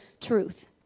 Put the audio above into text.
truth